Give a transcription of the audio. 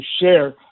share